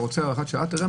אתה רוצה הארכת הוראת